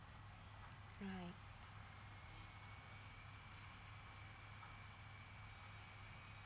right